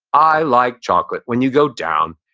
i like chocolate, when you go down,